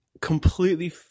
completely